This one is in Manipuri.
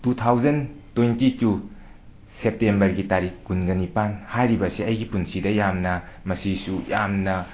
ꯇꯨ ꯊꯥꯎꯖꯟ ꯇ꯭ꯋꯦꯟꯇꯤ ꯇꯨ ꯁꯦꯞꯇꯝꯕꯔꯒꯤ ꯇꯥꯔꯤꯛ ꯀꯨꯟꯒ ꯅꯤꯄꯥꯟ ꯍꯥꯏꯔꯤꯕꯁꯦ ꯑꯩꯒꯤ ꯄꯨꯟꯁꯤꯗ ꯌꯥꯝꯅ ꯃꯁꯤꯁꯨ ꯌꯥꯝꯅ